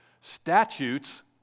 Statutes